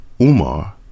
Umar